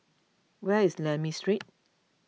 where is Lakme Street